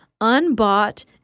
unbought